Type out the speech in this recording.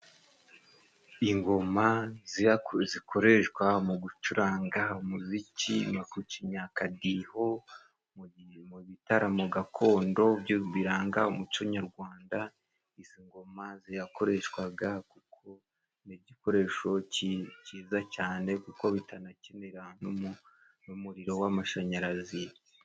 Ingoma zikoreshwa mu gucuranga umuziki no gucinya akadiho mu bitaramo gakondo biranga umuco nyarwanda. Izi ngoma zirakoreshwa, kuko ni igikoresho cyiza cyane, kuko zitanakenera n'umuriro w'amashanyarazi.